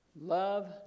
love